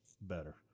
better